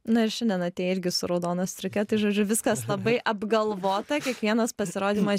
na ir šiandien atėjai irgi su raudona striuke tai žodžiu viskas labai apgalvota kiekvienas pasirodymas